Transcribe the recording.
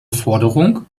forderung